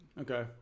Okay